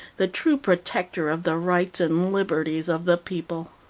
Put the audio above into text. the true protector of the rights and liberties of the people.